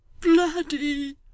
bloody